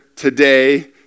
Today